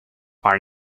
our